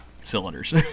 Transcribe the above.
cylinders